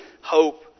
hope